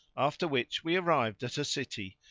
after which we arrived at a city,